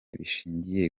bishingiye